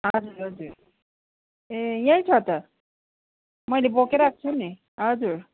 हजुर हजुर ए यहीँ छ त मैले बोकेर आएको छु नि हजुर